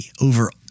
over